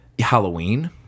Halloween